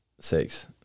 six